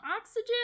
oxygen